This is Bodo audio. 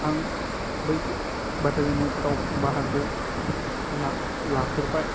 आं बैफोर बादायलायनायफोराव बाहागो लाफेरबाय